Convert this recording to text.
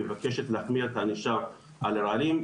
ומבקשת להחמיר את הענישה על רעלים.